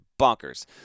bonkers